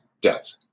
death